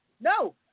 No